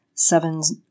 Sevens